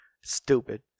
stupid